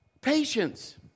Patience